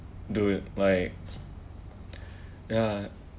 do it like ya